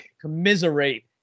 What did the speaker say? commiserate